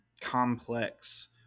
complex